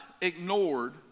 ignored